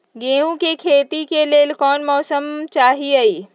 गेंहू के खेती के लेल कोन मौसम चाही अई?